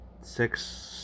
Six